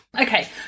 okay